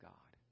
God